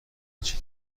هیچی